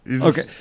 Okay